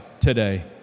today